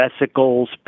vesicles